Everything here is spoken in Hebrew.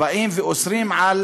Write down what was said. באים ואוסרים על